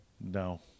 No